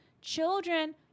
Children